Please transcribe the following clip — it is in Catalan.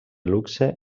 luxe